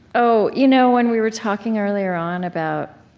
oh, you know when we were talking earlier on about